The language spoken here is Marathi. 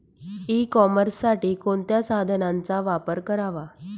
ई कॉमर्ससाठी कोणत्या साधनांचा वापर करावा?